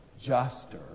juster